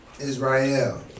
Israel